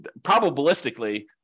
probabilistically